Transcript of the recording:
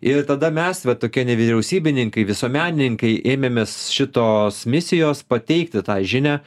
ir tada mes va tokie nevyriausybininkai visuomenininkai ėmėmės šitos misijos pateikti tą žinią